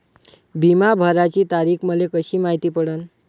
बिमा भराची तारीख मले कशी मायती पडन?